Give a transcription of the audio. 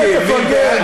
מה, לפרגן.